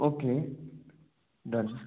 okay done